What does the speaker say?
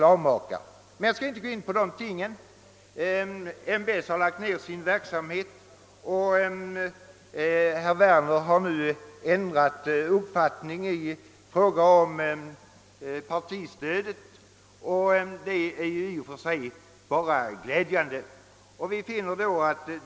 Jag skall emellertid inte gå in på en sådan diskussion — mbs har lagt ned sin verksamhet, och herr Werner har nu ändrat uppfattning i fråga om partistödet, vilket i och för sig bara är glädjande.